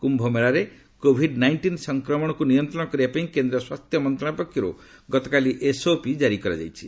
Q ମେଳାରେ Covid nineteen ସଂକ୍ରମଣକୁ ନିୟନ୍ତ୍ରଣ କରିବା ପାଇଁ କେନ୍ଦ୍ର ସ୍ୱାସ୍ଥ୍ୟ ମନ୍ତ୍ରଣାଳୟ ପକ୍ଷରୁ ଗତକାଲି ଏସ୍ଓପି ଜାରି କରାଯାଇଛି